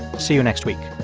see you next week